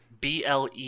BLE